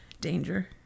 danger